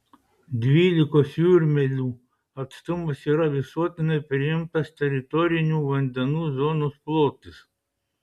dvylikos jūrmylių atstumas yra visuotinai priimtas teritorinių vandenų zonos plotis